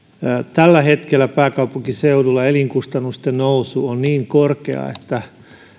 tällä hetkellä pääkaupunkiseudulla elinkustannusten nousu on niin korkeaa että